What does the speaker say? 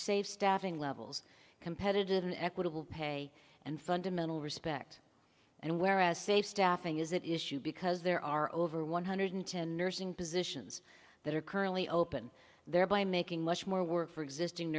safe staffing levels competitive an equitable pay and fundamental respect and whereas save staffing is that issue because there are over one hundred ten nursing positions that are currently open thereby making much more work for existing